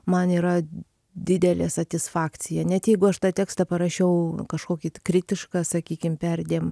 man yra didelė satisfakcija net jeigu aš tą tekstą parašiau kažkokį kritišką sakykim perdėm